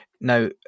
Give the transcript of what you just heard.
Now